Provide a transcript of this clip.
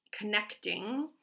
connecting